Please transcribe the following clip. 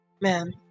ma'am